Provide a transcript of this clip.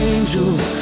Angels